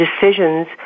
decisions